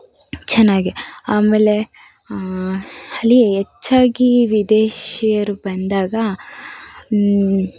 ಚೆನ್ನಾಗೆ ಆಮೇಲೆ ಅಲ್ಲಿ ಹೆಚ್ಚಾಗಿ ವಿದೇಶಿಯರು ಬಂದಾಗ